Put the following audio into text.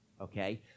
okay